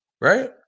right